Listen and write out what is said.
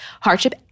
hardship